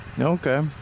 Okay